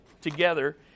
together